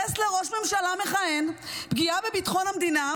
לייחס לראש ממשלה מכהן פגיעה בביטחון המדינה.